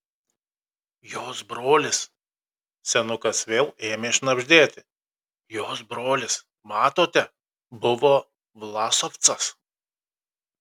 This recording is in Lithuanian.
jos brolis senukas vėl ėmė šnabždėti jos brolis matote buvo vlasovcas